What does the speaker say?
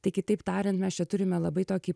tai kitaip tariant mes čia turime labai tokį